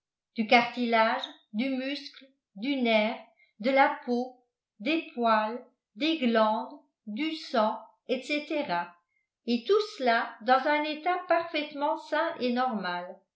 du cartilage du muscle du nerf de la peau des poils des glandes du sang etc et tout cela dans un état parfaitement sain et normal